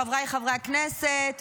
חבריי חברי הכנסת,